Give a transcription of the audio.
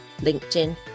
LinkedIn